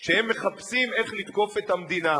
שמחפשים איך לתקוף את המדינה.